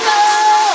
no